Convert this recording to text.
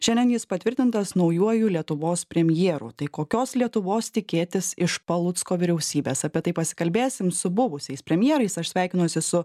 šiandien jis patvirtintas naujuoju lietuvos premjeru tai kokios lietuvos tikėtis iš palucko vyriausybės apie tai pasikalbėsim su buvusiais premjerais aš sveikinuosi su